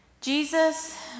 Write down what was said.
Jesus